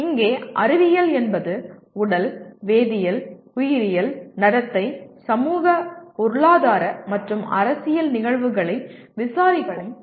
இங்கே அறிவியல் என்பது உடல் வேதியியல் உயிரியல் நடத்தை சமூக பொருளாதார மற்றும் அரசியல் நிகழ்வுகளை விசாரிக்கும் ஒரு செயல்முறையாகும்